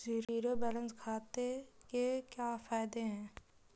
Zero balance खाते के क्या फायदे हैं?